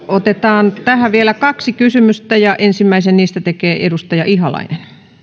otetaan tähän vielä kaksi kysymystä ja ensimmäisen niistä tekee edustaja ihalainen